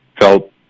felt